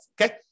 Okay